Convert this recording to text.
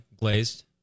Glazed